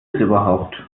überhaupt